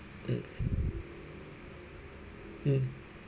mm mm